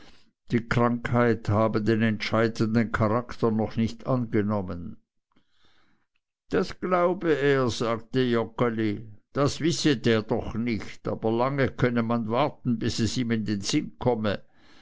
die krankheit habe den entscheidenden charakter noch nicht angenommen das glaube er sagte joggeli das wisse der noch nicht aber lang könne man warten bis es ihm in sinn komme